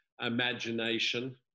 imagination